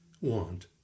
want